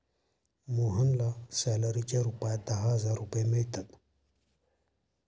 मोहनला सॅलरीच्या रूपात दहा हजार रुपये मिळतात